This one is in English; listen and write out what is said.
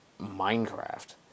Minecraft